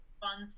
fun